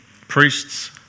Priests